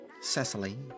Cecily